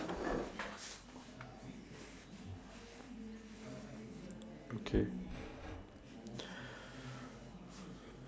okay